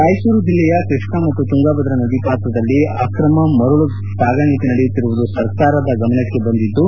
ರಾಯಚೂರು ಜಿಲ್ಲೆಯ ಕೃಷ್ಣ ಮತ್ತು ತುಂಗಾಭದ್ರ ನದಿ ಪಾತ್ರದಲ್ಲಿ ಆಕ್ರಮ ಮರಳು ಸಾಗಾಣಿಕೆ ನಡೆಯುತ್ತಿರುವುದು ಸರ್ಕಾರದ ಗಮನಕ್ಕೆ ಬಂದಿದ್ದು